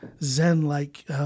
Zen-like